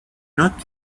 not